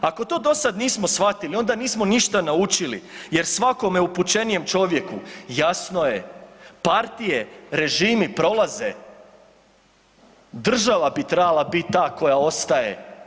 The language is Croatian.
Ako to dosad nismo shvatili onda nismo ništa naučili jer svakome upućenijem čovjeku jasno je partije, režimi prolaze, država bi trebala bit ta koja ostaje.